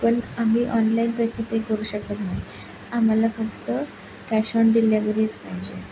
पण आम्ही ऑनलाईन पैसे पे करू शकत नाही आम्हाला फक्त कॅश ऑन डिलिव्हरीच पाहिजे